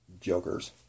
jokers